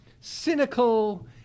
cynical